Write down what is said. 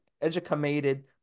educated